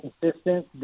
consistent